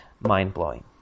mind-blowing